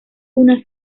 una